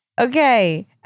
Okay